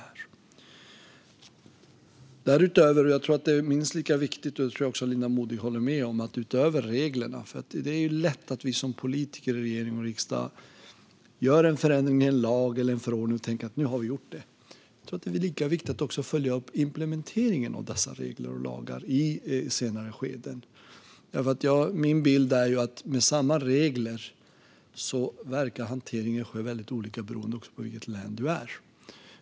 Jag tror att det utöver reglerna är lika viktigt att följa upp implementeringen av regler och lagar i senare skeden, vilket jag tror att Linda Modig håller med om. Det är lätt att vi som politiker i regering och riksdag gör en förändring i en lag eller en förordning och tänker att vi nu har gjort det. Min bild är att med samma regler verkar hanteringen ske väldigt olika beroende på i vilket län man är.